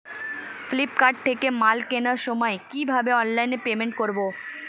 Flipkart থেকে মাল কেনার সময় কিভাবে অনলাইনে পেমেন্ট করব?